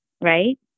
right